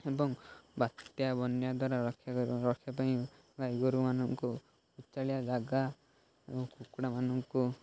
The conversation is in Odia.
ଏବଂ ବାତ୍ୟା ବନ୍ୟା ଦ୍ୱାରା ରକ୍ଷା ରକ୍ଷା ପାଇଁ ଗାଈଗୋରୁମାନଙ୍କୁ ଉଚାଳିଆ ଜାଗା ଏବଂ କୁକୁଡ଼ାମାନଙ୍କୁ